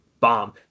bomb